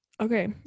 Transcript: okay